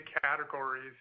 categories